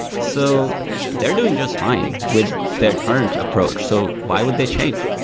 so they're doing just fine with their current approach. so why would they change?